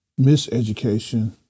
miseducation